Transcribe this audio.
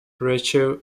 rachel